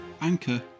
Anchor